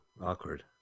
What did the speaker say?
awkward